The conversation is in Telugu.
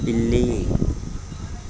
పిల్లి